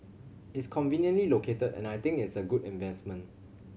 it's conveniently located and I think it's a good investment